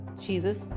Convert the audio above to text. Jesus